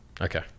Okay